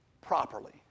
properly